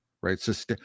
right